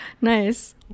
Nice